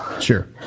Sure